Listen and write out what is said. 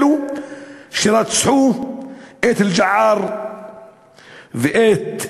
אלו שרצחו את אל-ג'עאר ואת א-זיאדנה,